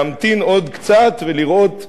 להמתין עוד קצת ולראות.